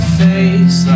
face